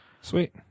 sweet